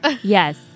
Yes